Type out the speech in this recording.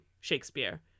Shakespeare